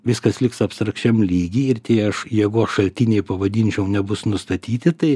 viskas liks abstrakčiam lygy ir tie jėgos šaltiniai pavadinčiau nebus nustatyti tai